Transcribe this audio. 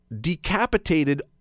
decapitated